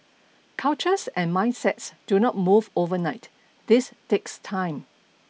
cultures and mindsets do not move overnight this takes time